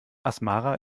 asmara